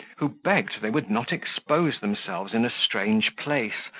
who begged they would not expose themselves in a strange place,